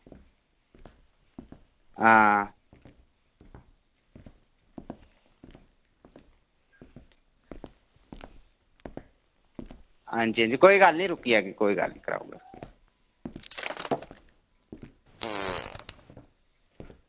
आं कोई गल्ल रुक्की जाह्गे कोई गल्ल निं